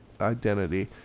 identity